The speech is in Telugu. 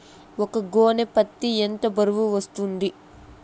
ఒక గోనె పత్తి ఎంత బరువు వస్తుంది?